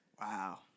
Wow